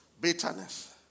Bitterness